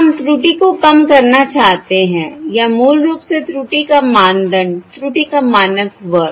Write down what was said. हम त्रुटि को कम करना चाहते हैं या मूल रूप से त्रुटि का मानदंड त्रुटि का मानक वर्ग